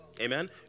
Amen